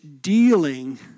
dealing